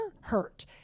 hurt